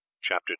Chapter